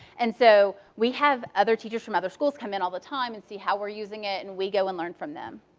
and so we have other teachers from other schools come in all the time and see how we're using it, and we go and learn from them.